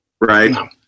right